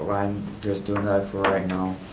um i'm just doing that for right now,